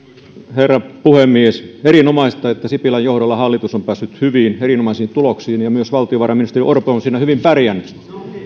herra puhemies erinomaista että sipilän johdolla hallitus on päässyt hyviin erinomaisiin tuloksiin ja myös valtiovarainministeri orpo on siinä hyvin pärjännyt